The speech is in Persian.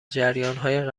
جریانهای